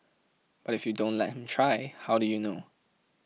but if you don't let him try how do you know